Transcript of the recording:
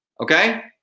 Okay